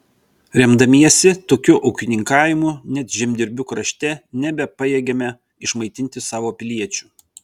remdamiesi tokiu ūkininkavimu net žemdirbių krašte nebepajėgėme išmaitinti savo piliečių